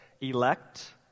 elect